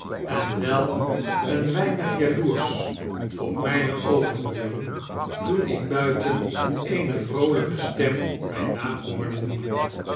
en wel een weinig jaioersch op mpe overburen toen ik buiten eene vroolijke stem myn naam hoorde roepen